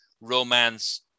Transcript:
romance